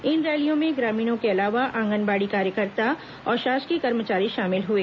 इन रैलियों में ग्रामीणों के अलावा आंगनबाड़ी कार्यकर्ता और शासकीय कर्मचारी शामिल हुए